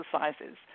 exercises